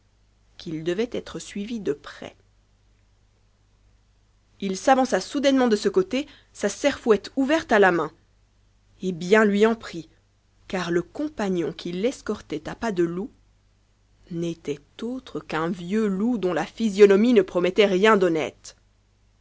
qu'il devait être suivi de près il s'avança soudainement de ce côté sa serfouette ouverte à la main et bien lui en prit car le compagnon qui l'escortait à pas de loup n'était autre qu'un vieux loup dont la physionomie ne promettait rien d'honnête